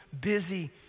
busy